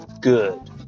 good